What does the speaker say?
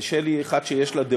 ושלי היא אחת שיש לה דעות,